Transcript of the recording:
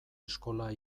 eskola